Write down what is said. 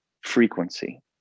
frequency